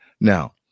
Now